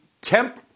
temp